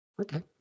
Okay